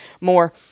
more